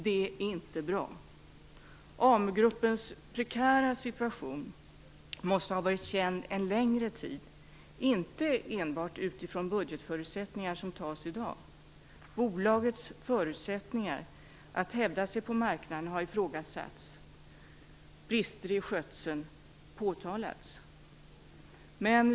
Det är inte bra! Amu-gruppens prekära situation måste ha varit känd under en längre tid och inte enbart utifrån budgetförutsättningar som tas i dag. Bolagets förutsättningar att hävda sig på marknaden har ifrågasatts och brister i skötseln påtalats.